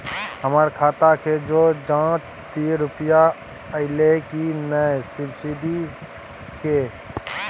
हमर खाता के ज जॉंच दियो रुपिया अइलै की नय सब्सिडी के?